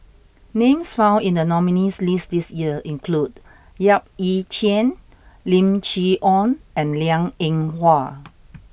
names found in the nominees' list this year include Yap Ee Chian Lim Chee Onn and Liang Eng Hwa